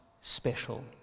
special